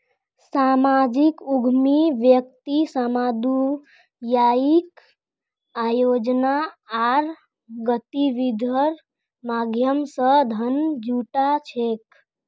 सामाजिक उद्यमी व्यक्ति सामुदायिक आयोजना आर गतिविधिर माध्यम स धन जुटा छेक